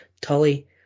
Tully